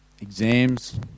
Exams